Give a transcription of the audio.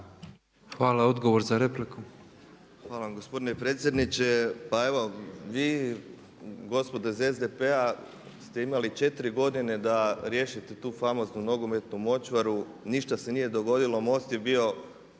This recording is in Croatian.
Hvala vam gospodine predsjedniče. Pa evo vi gospodo iz SDP-a ste imali 4 godine da riješite tu famoznu nogometnu močvaru, ništa se nije dogodilo, MOST je bio